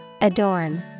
Adorn